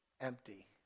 empty